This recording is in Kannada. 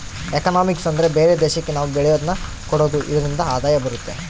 ಎಕನಾಮಿಕ್ಸ್ ಅಂದ್ರೆ ಬೇರೆ ದೇಶಕ್ಕೆ ನಾವ್ ಬೆಳೆಯೋದನ್ನ ಕೊಡೋದು ಇದ್ರಿಂದ ಆದಾಯ ಬರುತ್ತೆ